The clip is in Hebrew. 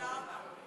תודה רבה.